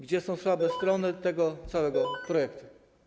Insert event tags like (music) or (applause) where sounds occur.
Gdzie są słabe strony (noise) tego całego projektu?